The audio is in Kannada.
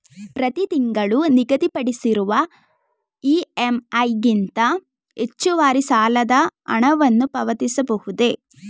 ಪ್ರತಿ ತಿಂಗಳು ನಿಗದಿಪಡಿಸಿರುವ ಇ.ಎಂ.ಐ ಗಿಂತ ಹೆಚ್ಚುವರಿ ಸಾಲದ ಹಣವನ್ನು ಪಾವತಿಸಬಹುದೇ?